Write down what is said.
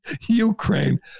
Ukraine